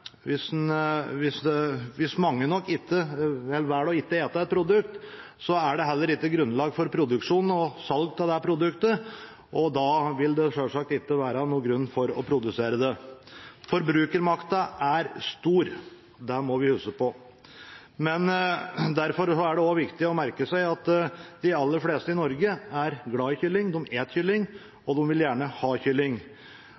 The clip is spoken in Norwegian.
heller ikke grunnlag for produksjon og salg av det produktet. Da vil det selvsagt ikke være noen grunn til å produsere det. Forbrukermakten er stor – det må vi huske på. Derfor er det også viktig å merke seg at de aller fleste i Norge er glad i kylling, de